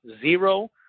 zero